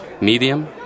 medium